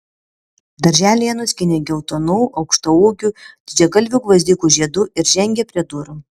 darželyje nuskynė geltonų aukštaūgių didžiagalvių gvazdikų žiedų ir žengė prie durų